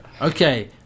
okay